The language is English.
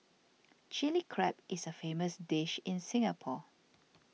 Chilli Crab is a famous dish in Singapore